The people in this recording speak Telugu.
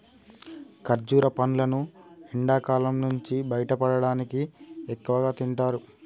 ఖర్జుర పండ్లును ఎండకాలం నుంచి బయటపడటానికి ఎక్కువగా తింటారు